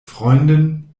freunden